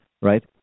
Right